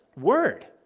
word